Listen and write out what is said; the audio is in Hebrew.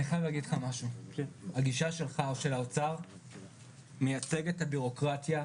הגישה של האוצר מייצגת את הבירוקרטיה,